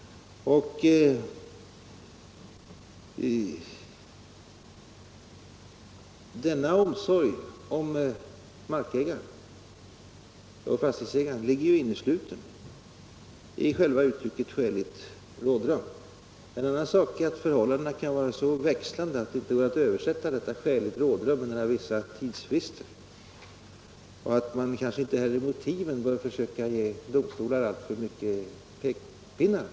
Denna omsorg om fastighetsägaren ligger innesluten i själva uttrycket ”skäligt rådrum”. En annan sak är att förhållandena kan vara så växlande att det inte går att översätta detta ”skäligt rådrum” till någon viss tidsrymd. Man bör kanske inte heller i motiven ge domstolarna alltför många pekpinnar.